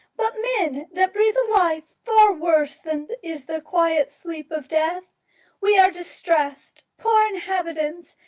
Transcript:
but men that breath a life far worse than is the quiet sleep of death we are distressed poor inhabitants,